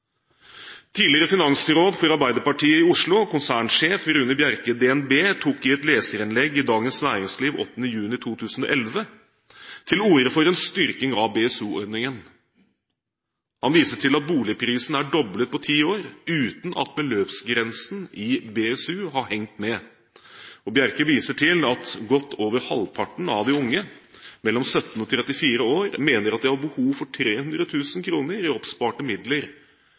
Tidligere finansråd for Arbeiderpartiet i Oslo, konsernsjef Rune Bjerke i DnB, tok i et leserinnlegg i Dagens Næringsliv 8. juli 2011 til orde for en styrking av BSU-ordningen. Han viste til at boligprisene er doblet på ti år uten at beløpsgrensen i BSU har hengt med. Bjerke viser til at godt over halvparten av de unge mellom 17 og 34 år mener de har behov for 300 000 kr i oppsparte midler